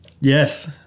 Yes